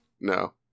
No